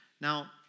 Now